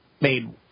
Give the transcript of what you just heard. made